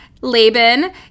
Laban